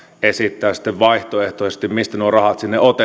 esittää sitten vaihtoehtoisesti mistä nuo rahat sinne otetaan tästä